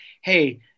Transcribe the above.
Hey